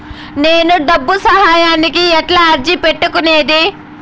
నేను డబ్బు సహాయానికి ఎట్లా అర్జీ పెట్టుకునేది?